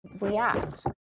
react